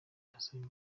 ndasaba